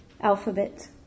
Alphabet